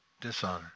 dishonor